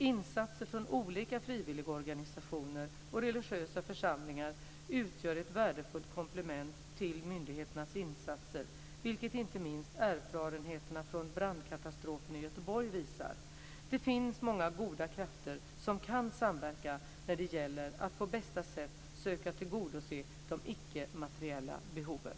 Insatser från olika frivilligorganisationer och religiösa församlingar utgör ett värdefullt komplement till myndigheternas insatser, vilket inte minst erfarenheterna från brandkatastrofen i Göteborg visar. Det finns många goda krafter som kan samverka när det gäller att på bästa sätt söka tillgodose de ickemateriella behoven.